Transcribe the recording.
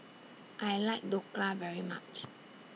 I like Dhokla very much